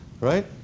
right